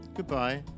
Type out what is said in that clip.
Goodbye